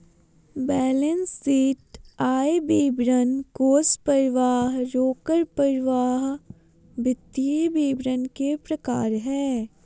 balance sheet, आय विवरण, कोष परवाह, रोकड़ परवाह सब वित्तीय विवरण के प्रकार हय